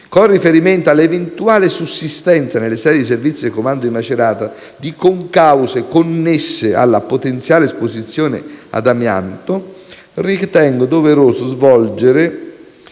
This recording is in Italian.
Con riferimento all'eventuale sussistenza nelle sedi di servizio del comando di Macerata di concause connesse alla potenziale esposizione ad amianto, ritengo doveroso far